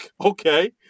Okay